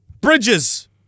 Bridges